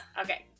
Okay